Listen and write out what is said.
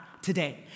today